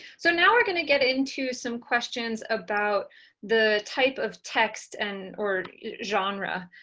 so now we're going to get into some questions about the type of text, and or genre,